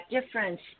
difference